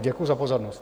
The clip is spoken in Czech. Děkuji za pozornost.